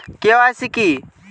KYC কি?